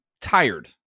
tired